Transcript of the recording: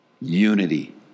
unity